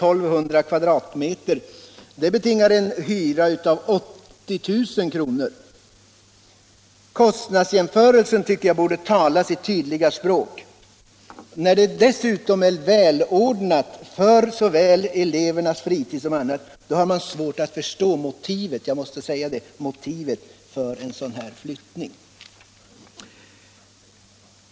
Och när det dessutom är välordnat för såväl elevernas fritid som annat måste jag säga att jag har svårt att förstå motivet för en sådan här flyttning.